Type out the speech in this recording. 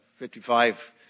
55